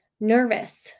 nervous